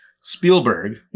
Spielberg